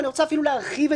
אם הם לא ברורים,